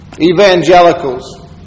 evangelicals